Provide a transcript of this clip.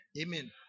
Amen